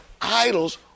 idols